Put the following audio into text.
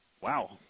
wow